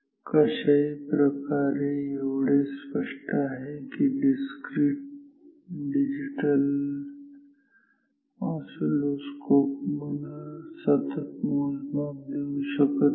कशाही प्रकारे एवढे स्पष्ट आहे की डिस्क्रिट डिजिटल ऑसिलोस्कोप मला सतत मोजमापं देऊ शकत नाही